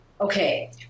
Okay